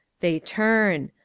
they turn.